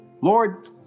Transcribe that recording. Lord